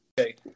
okay